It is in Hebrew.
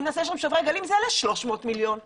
אם נעשה שם שוברי גלים, זה יעלה 30 מיליון שקלים.